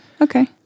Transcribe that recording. Okay